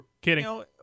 Kidding